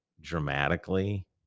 dramatically